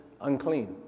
unclean